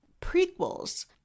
prequels